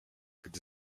gdy